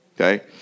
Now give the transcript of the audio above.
Okay